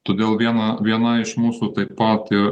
todėl viena viena iš mūsų taip pat ir